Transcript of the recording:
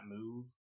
move